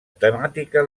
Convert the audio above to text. temàtica